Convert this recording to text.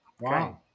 wow